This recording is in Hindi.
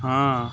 हाँ